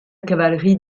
cavalerie